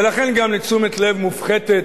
ולכן גם לתשומת לב מופחתת,